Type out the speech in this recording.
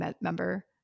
member